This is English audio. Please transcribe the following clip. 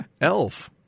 Elf